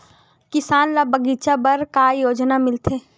किसान ल बगीचा बर का योजना मिलथे?